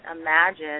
imagine